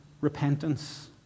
repentance